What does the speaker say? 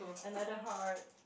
another heart